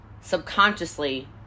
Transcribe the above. Subconsciously